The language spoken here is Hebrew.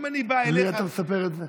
אם אני בא אליך, לי אתה מספר את זה?